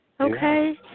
Okay